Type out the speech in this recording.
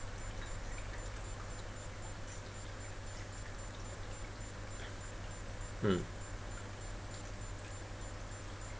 mm